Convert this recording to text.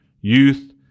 youth